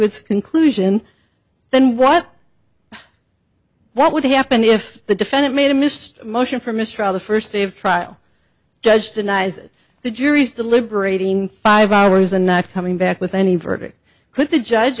its conclusion then what what would happen if the defendant made a mist motion for mistrial the first day of trial judge denies it the jury is deliberating five hours and not coming back with any verdict could the judge